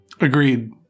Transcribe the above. Agreed